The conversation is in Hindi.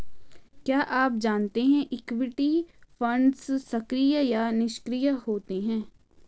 क्या आप जानते है इक्विटी फंड्स सक्रिय या निष्क्रिय होते हैं?